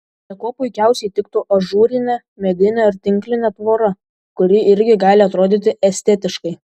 čia kuo puikiausiai tiktų ažūrinė medinė ar tinklinė tvora kuri irgi gali atrodyti estetiškai